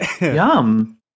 Yum